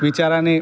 विचाराने